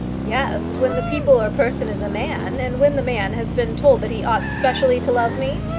yes, when the people, or person, is a man, and when the man has been told that he ought specially to love me.